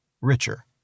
richer